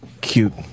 Cute